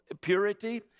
purity